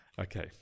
Okay